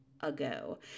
ago